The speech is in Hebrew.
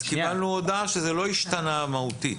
אז קיבלנו הודעה שזה לא השתנה מהותית,